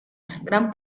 gran